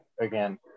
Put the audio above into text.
again